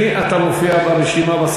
אם זה